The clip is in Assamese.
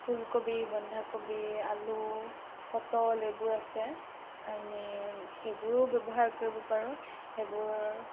ফুল কবি বন্ধা কবি আলু পটল এইবোৰ আছে আমি সেইবোৰো ব্যৱহাৰ কৰিব পাৰোঁ সেইবোৰ